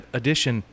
edition